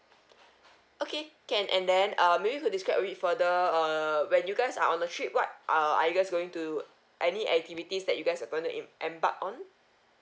okay can and then err maybe you could describe a bit further err when you guys are on the trip what are are you guys going to any activities that you guys are going to em~ embark on